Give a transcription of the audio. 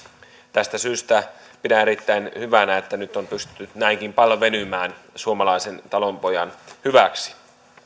tästä syystä pidän erittäin hyvänä että nyt on pystytty näinkin paljon venymään suomalaisen talonpojan hyväksi